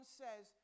says